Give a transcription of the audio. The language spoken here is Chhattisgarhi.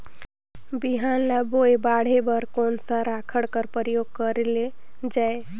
बिहान ल बोये बाढे बर कोन सा राखड कर प्रयोग करले जायेल?